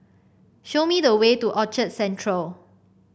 show me the way to Orchard Central